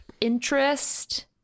interest